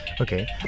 Okay